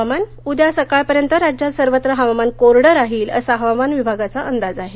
हवामान उद्या सकाळ पर्यंत राज्यात सर्वत्र हवामान कोरडं राहील असा हवामान विभागाचा अंदाज आहे